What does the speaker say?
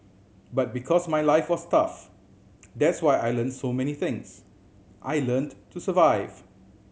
but because my life was tough that's why I learnt so many things I learnt to survive